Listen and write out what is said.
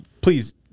Please